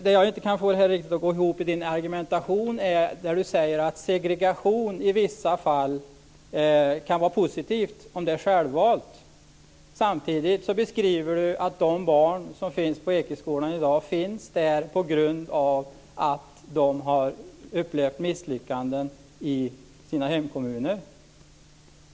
Det jag inte kan få att gå ihop riktigt i Sten Tolgfors argumentation är att han säger att segregation i vissa fall kan vara något positivt, om den är självvald. Samtidigt beskriver han att de barn som finns på Ekeskolan i dag finns där på grund av att de har upplevt misslyckanden i sina hemkommuner.